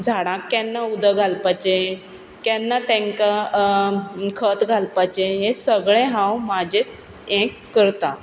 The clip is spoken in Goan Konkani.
झाडांक केन्ना उदक घालपाचें केन्ना तेंकां खत घालपाचें हें सगळें हांव म्हाजेंच हें करतां